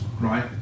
right